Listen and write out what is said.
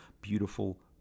beautiful